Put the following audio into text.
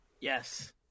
Yes